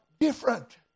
different